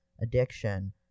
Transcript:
addiction